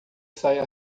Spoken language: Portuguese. saia